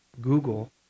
Google